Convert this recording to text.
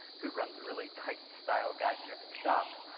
who runs a really tight style guide driven shop,